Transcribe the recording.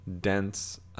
dense